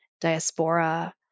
diaspora